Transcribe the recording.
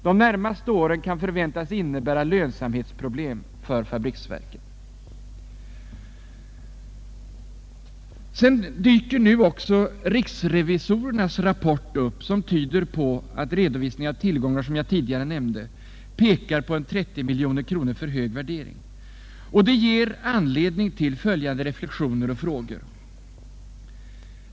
De närmaste åren kan förväntas innebära lönsamhetsproblem för fabriksverken.” Vidare dyker nu också riksrevisorernas rapport upp som tyder på att redovisningen av tillgångar, som jag tidigare nämnde, pekar på en 30 miljoner kronor för hög värdering. Detta ger anledning till följande reflexioner och frågor.